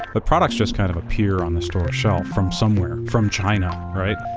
but products just kind of appear on the store shelf. from somewhere. from china. right?